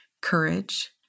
courage